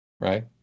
right